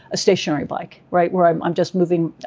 a stationary bike, right? where i'm i'm just moving,